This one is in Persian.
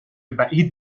بعید